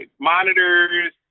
monitors